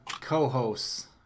co-hosts